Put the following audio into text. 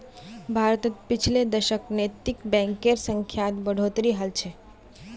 भारतत पिछले दशकत नैतिक बैंकेर संख्यात बढ़ोतरी हल छ